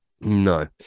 No